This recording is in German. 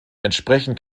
entsprechend